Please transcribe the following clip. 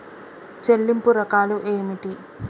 చెల్లింపు రకాలు ఏమిటి?